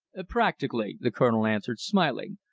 practically, the colonel answered, smiling,